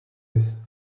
his